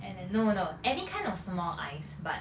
and and no no any kind of small eyes but